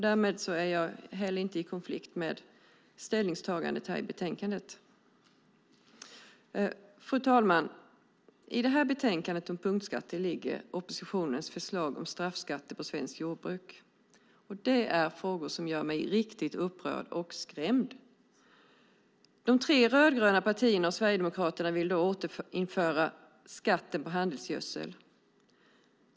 Därmed är jag inte heller i konflikt med ställningstagandet i betänkandet. Fru talman! I detta betänkande om punktskatter ligger oppositionen förslag om straffskatter på det svenska jordbruket, och det är frågor som gör mig riktigt upprörd och skrämd. De tre rödgröna partierna och Sverigedemokraterna vill återinföra skatten på handelsgödsel.